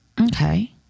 okay